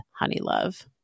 Honeylove